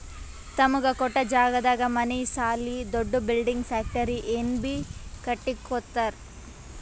ತಮಗ ಕೊಟ್ಟ್ ಜಾಗದಾಗ್ ಮನಿ ಸಾಲಿ ದೊಡ್ದು ಬಿಲ್ಡಿಂಗ್ ಫ್ಯಾಕ್ಟರಿ ಏನ್ ಬೀ ಕಟ್ಟಕೊತ್ತರ್